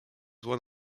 one